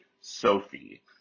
Sophie